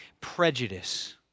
Prejudice